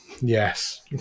Yes